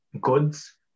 goods